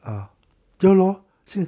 啊对咯是